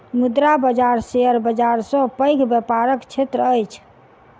मुद्रा बाजार शेयर बाजार सॅ पैघ व्यापारक क्षेत्र अछि